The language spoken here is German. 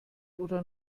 oder